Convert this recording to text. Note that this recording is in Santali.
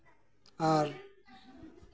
ᱟᱨ